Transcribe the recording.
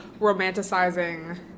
romanticizing